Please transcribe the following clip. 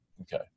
Okay